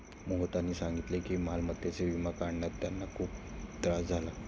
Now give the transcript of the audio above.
मोहितने सांगितले की मालमत्तेचा विमा काढण्यात त्यांना खूप त्रास झाला